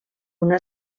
una